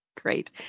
Great